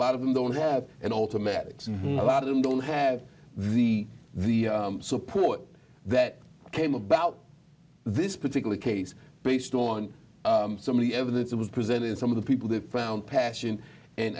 lot of them don't have an automatic so a lot of them don't have the the support that came about this particular case based on some of the evidence that was presented some of the people they found passion and